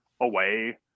away